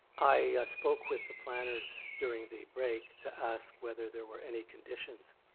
i spoke with the planners during the break to ask whether there were any conditions